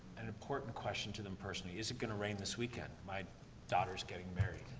an important question to them personally is it gonna rain this weekend? my daughter's getting married.